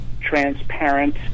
transparent